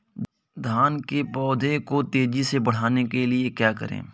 धान के पौधे को तेजी से बढ़ाने के लिए क्या करें?